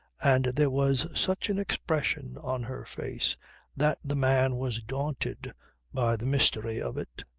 and there was such an expression on her face that the man was daunted by the mystery of it.